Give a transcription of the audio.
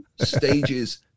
stages